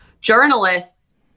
journalists